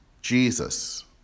Jesus